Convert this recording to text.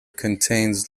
contains